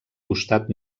costat